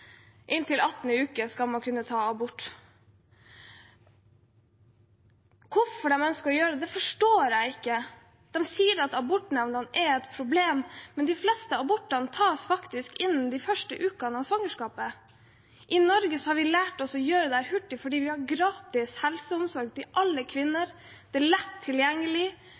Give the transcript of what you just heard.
forstår jeg ikke. De sier at abortnemndene er et problem, men de fleste abortene tas faktisk i løpet av de første ukene av svangerskapet. I Norge har vi lært oss å gjøre dette hurtig fordi vi har gratis helseomsorg til alle kvinner. Det er lett tilgjengelige helsesøstre, og det er lett tilgjengelig